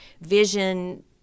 vision